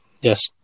yes